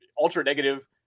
ultra-negative